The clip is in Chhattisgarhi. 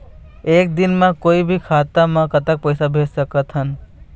एक दिन म कोई भी खाता मा कतक पैसा भेज सकत हन?